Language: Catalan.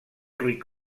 ric